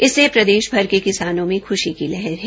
इससे प्रदेशभर के किसानों में खूशी की लहर है